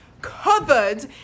covered